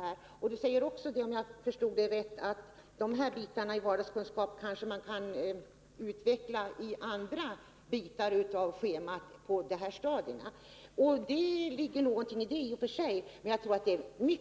Lennart Bladh sade också, om jag förstod honom rätt, att man kunde utveckla det som ingår i vardagskunskapen, i anslutning till andra ämnen på schemat på de stadier som det gäller. Det ligger i och för sig något positivt i detta, men jag tror att det